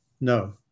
No